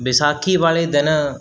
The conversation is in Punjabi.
ਵਿਸਾਖੀ ਵਾਲੇ ਦਿਨ